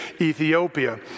Ethiopia